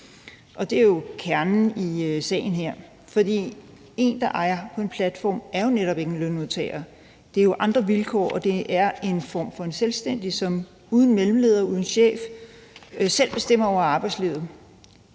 og det er jo kernen i sagen her. En, der arbejder på en platform, er jo netop ikke en lønmodtager. Det er jo andre vilkår, og det er en form for selvstændig, som uden mellemleder, uden chef, selv bestemmer over arbejdslivet.